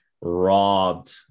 robbed